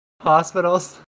Hospitals